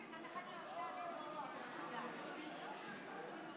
אם כך, תוצאות ההצבעה הן כדלקמן: